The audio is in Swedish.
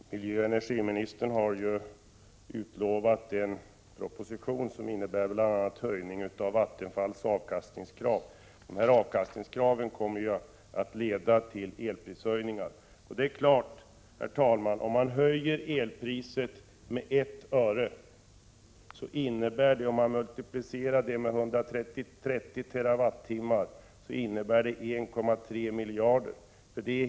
Herr talman! Miljöoch energiministern har utlovat en proposition, där det föreslås bl.a. skärpning av Vattenfalls avkastningskrav. Dessa krav 55 kommer ju att leda till elprishöjningar. Det är klart, herr talman, att om man höjer elpriset med 1 öre och multiplicerar detta med 130 TWh, blir det 1,3 miljarder.